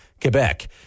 Quebec